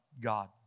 God